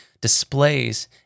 displays